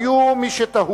היו מי שתהו